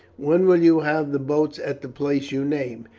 when will you have the boats at the place you name?